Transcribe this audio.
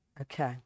Okay